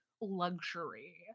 luxury